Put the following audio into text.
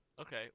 Okay